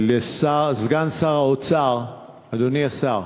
אדוני השר,